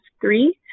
three